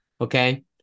Okay